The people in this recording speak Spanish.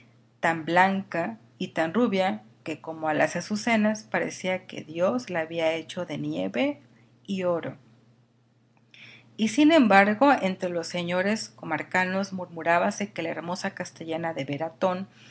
tan blanca y tan rubia que como a las azucenas parecía que dios la había hecho de nieve y oro y sin embargo entre los señores comarcanos murmurábase que la hermosa castellana de veratón